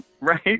Right